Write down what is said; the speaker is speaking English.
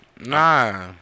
Nah